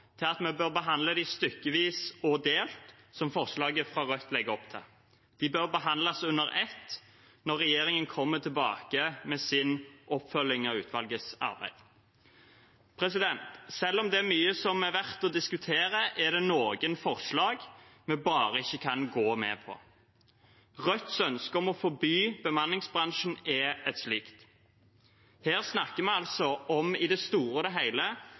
til at vi bør behandle dem stykkevis og delt, som forslaget fra Rødt legger opp til. De bør behandles under ett når regjeringen kommer tilbake med sin oppfølging av utvalgets arbeid. Selv om det er mye som er verdt å diskutere, er det noen forslag vi bare ikke kan gå med på. Rødts ønske om å forby bemanningsbransjen er et slikt. Her snakker vi altså om – i det store og hele